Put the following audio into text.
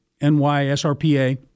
NYSRPA